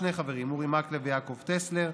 שני חברים: אורי מקלב ויעקב טסלר,